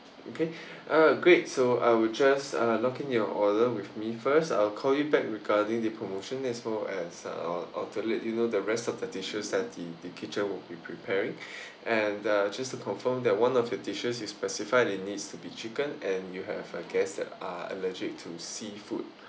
okay uh great so I will just uh lock in your order with me first I'll call you back regarding the promotion as well as uh I'll let you know the rest of the diishes that the kitchen will be preparing and uh just to confirm that one of your dishes is specified it needs to be chicken and you have uh guests there are allergic to seafood